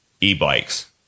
E-bikes